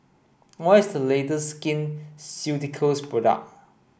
what is the latest Skin Ceuticals product